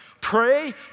Pray